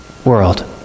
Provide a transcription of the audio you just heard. world